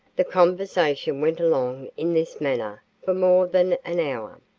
the conversation went along in this manner for more than an hour.